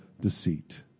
Deceit